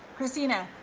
christina?